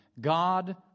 God